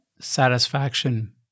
satisfaction